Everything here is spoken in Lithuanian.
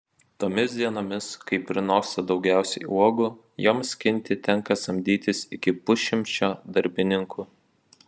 tomis dienomis kai prinoksta daugiausiai uogų joms skinti tenka samdytis iki pusšimčio darbininkų